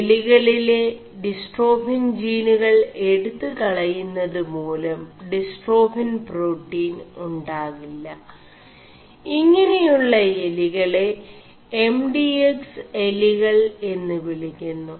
എലികളിെല dystrophin ജീനുകൾ എടുøുകളയുMത് മൂലം ഡിസ്േ4ടാഫിൻ േ4പാƒീൻ ഉാകി ഇÆെനയുø എലികെള എം ഡി എക്സ് എലികൾ എM് വിളി ുMു